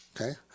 Okay